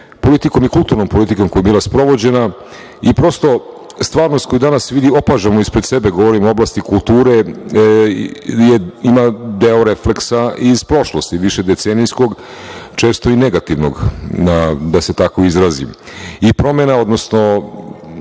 politikom i kulturnom politikom koja je bila sprovođena i prost stvarnost koju danas vidimo opažamo ispred sebe, govorim o oblasti kulture jer ima deo refleksa iz prošlosti više decenijskog, često i negativnog, da se tako izrazim i promena, odnosno